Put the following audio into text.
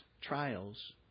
trials